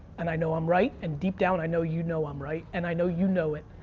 and i know i'm right and deep down, i know you know i'm right and i know you know it.